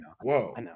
whoa